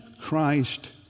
Christ